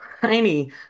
tiny